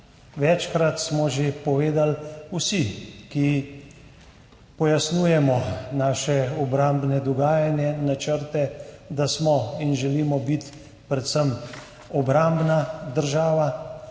Večkrat smo že povedali, vsi, ki pojasnjujemo naše obrambne dogajanje, načrte, da smo in želimo biti predvsem obrambna država,